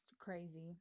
crazy